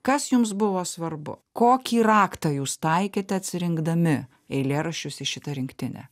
kas jums buvo svarbu kokį raktą jūs taikėte atsirinkdami eilėraščius į šitą rinktinę